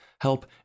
help